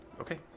Okay